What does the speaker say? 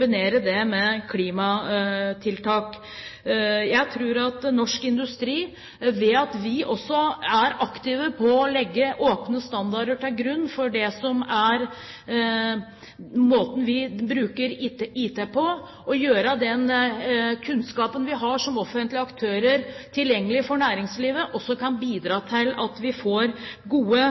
det med klimatiltak. Jeg tror at norsk industri ved at vi også er aktive med å legge åpne standarder til grunn for den måten vi bruker IT på, og gjør den kunnskapen vi har som offentlig aktører, tilgjengelig for næringslivet, også kan bidra til at vi får gode